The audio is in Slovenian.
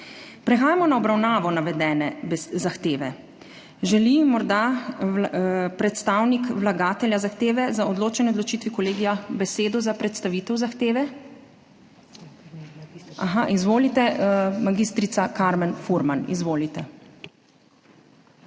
Prehajamo na obravnavo navedene zahteve. Želi morda predstavnik vlagatelja zahteve za odločanje o odločitvi kolegija besedo za predstavitev zahteve? (Da.) Izvolite, mag. Karmen Furman. MAG.